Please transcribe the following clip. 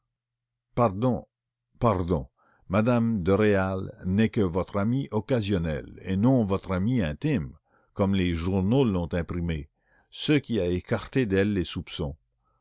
de réal répliqua posément ganimard n'est que votre amie occasionnelle madame et non pas votre amie intime comme les journaux l'ont imprimé ce qui a écarté d'elle les soupçons